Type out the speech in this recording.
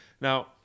Now